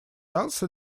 also